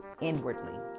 inwardly